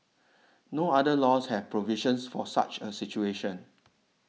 no other laws have provisions for such a situation